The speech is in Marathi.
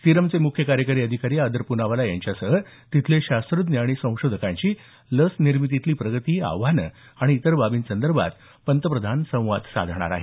सीरमचे मुख्य कार्यकारी अधिकारी आदर प्नावाला यांच्यासह तिथले शास्त्रज्ञ आणि संशोधकांशी लसनिर्मितीतली प्रगती आव्हानं आणि इतर बाबीसंदर्भात पंतप्रधान संवाद साधणार आहेत